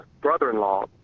brother-in-law